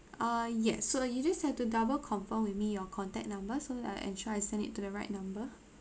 uh yes so uh you just have to double confirm with me your contact numbers so that I ensure I send it to the right number